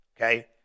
Okay